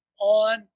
on